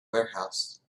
warehouse